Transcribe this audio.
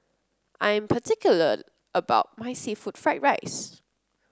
I am particular about my seafood Fried Rice